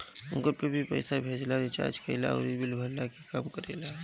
Google pay भी पईसा भेजला, रिचार्ज कईला अउरी बिल भरला के काम करेला